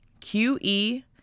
Qe